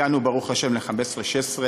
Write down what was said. הגענו, ברוך השם, ל-2015 2016,